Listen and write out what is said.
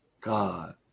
God